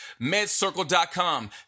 medcircle.com